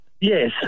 Yes